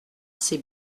c’est